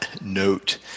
note